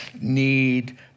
need